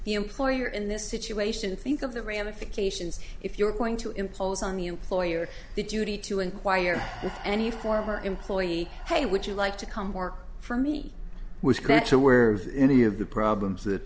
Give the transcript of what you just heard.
the employer in this situation think of the ramifications if you're going to impose on the employer the duty to inquire of any former employee hey would you like to come work for me was that you were any of the problems that